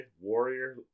Warrior